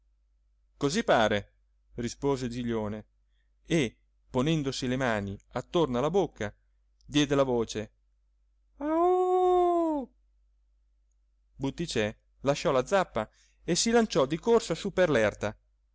così pare rispose giglione e ponendosi le mani attorno alla bocca diede la voce aoòh butticè lascio la zappa e si lanciò di corsa su per